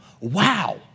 Wow